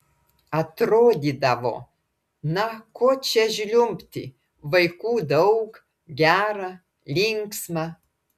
atrodydavo na ko čia žliumbti vaikų daug gera linksma